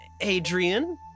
Adrian